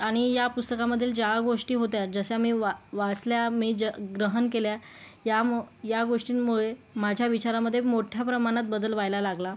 आणि या पुस्तकामधील ज्या गोष्टी होत्या जशा मी वा वाचल्या मी ज्या ग्रहण केल्या यामु या गोष्टींमुळे माझ्या विचारांमध्ये मोठ्या प्रमाणात बदल व्हायला लागला